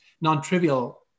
non-trivial